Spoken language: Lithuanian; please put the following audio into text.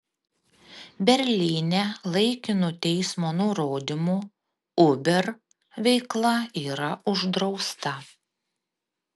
berlyne laikinu teismo nurodymu uber veikla yra uždrausta